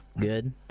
good